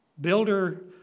builder